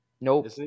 Nope